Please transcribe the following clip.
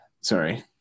sorry